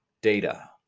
data